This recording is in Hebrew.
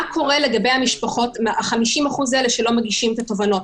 מה קורה לגבי 50% האלה שלא מגישים את התובענות?